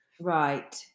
Right